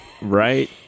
right